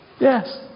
Yes